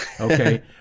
Okay